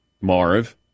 Marv